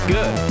Good